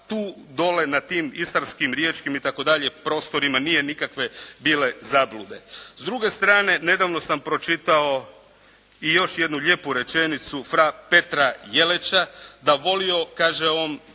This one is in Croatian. tu dole na tim istarskim, riječkim i tako dalje prostorima nije nikakve bilo zablude. S druge strane nedavno sam pročitao i još jednu lijepu rečenicu fra Petra Jelića da volio, kaže on,